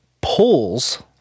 pulls